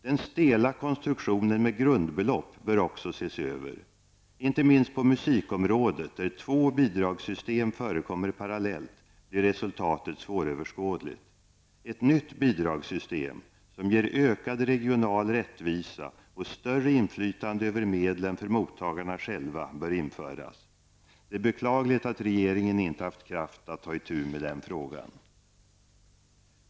Den stela konstruktionen med grundbelopp bör också ses över. Inte minst på musikområdet, där två bidragssystem förekommer parallellt, blir resultatet svåröverskådligt. Ett nytt bidragssystem som ger ökad regional rättvisa och större inflytande över medlen för mottagarna själva bör införas. Det är beklagligt att regeringen inte haft kraft att ta itu med den frågan.